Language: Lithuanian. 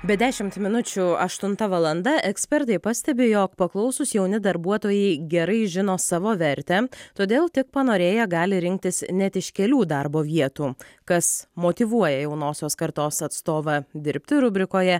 be dešimt minučių aštunta valanda ekspertai pastebi jog paklausūs jauni darbuotojai gerai žino savo vertę todėl tik panorėję gali rinktis net iš kelių darbo vietų kas motyvuoja jaunosios kartos atstovą dirbti rubrikoje